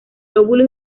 lóbulo